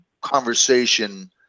conversation